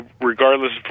regardless